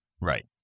Right